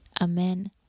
amen